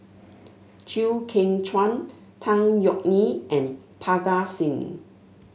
Chew Kheng Chuan Tan Yeok Nee and Parga Singh